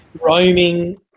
roaming